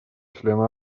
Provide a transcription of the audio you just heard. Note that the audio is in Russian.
члена